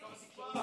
זה שר התקשורת?